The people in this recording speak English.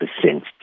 percent